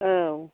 औ